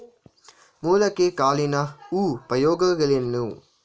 ಮೊಳಕೆ ಕಾಳಿನ ಉಪಯೋಗಗಳೇನು?